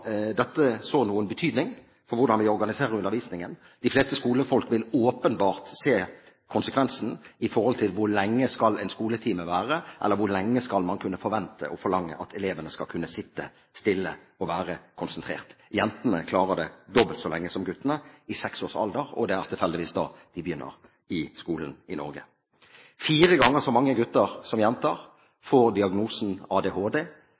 dette så noen betydning for hvordan vi organiserer undervisningen? De fleste skolefolk vil åpenbart se konsekvensen i forhold til hvor lenge en skoletime skal vare, eller hvor lenge man skal kunne forvente og forlange at elevene skal kunne sitte stille og være konsentrert. Jentene klarer det dobbelt så lenge som guttene i seks års alder, og det er tilfeldigvis da de begynner på skolen i Norge. Fire ganger så mange gutter som jenter får diagnosen ADHD,